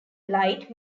light